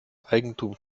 eigentum